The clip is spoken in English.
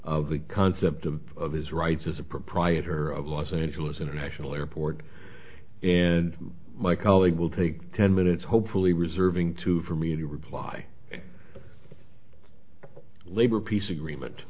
of the concept of his rights as a proprietor of los angeles international airport and my colleague will take ten minutes hopefully reserving two for me to reply labor peace agreement